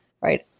right